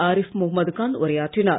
ஆரிப் முகமது கான் உரையாற்றினார்